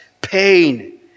pain